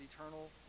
eternal